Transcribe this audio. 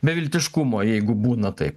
beviltiškumo jeigu būna taip